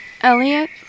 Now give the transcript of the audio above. Elliot